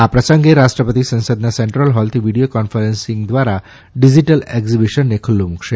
આ પ્રસંગે રાષ્ટ્રપતિ સંસદના સેન્ટ્રલ હોલથી વિડિયો કોન્ફરન્સીંગ દ્વારા ડિજીટલ એક્ઝીબિશનને ખુલ્લું મુકશે